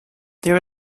there